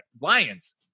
Lions